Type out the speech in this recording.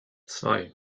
zwei